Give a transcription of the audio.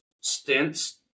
stints